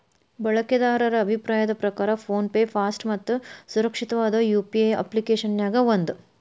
ಬಳಕೆದಾರರ ಅಭಿಪ್ರಾಯದ್ ಪ್ರಕಾರ ಫೋನ್ ಪೆ ಫಾಸ್ಟ್ ಮತ್ತ ಸುರಕ್ಷಿತವಾದ ಯು.ಪಿ.ಐ ಅಪ್ಪ್ಲಿಕೆಶನ್ಯಾಗ ಒಂದ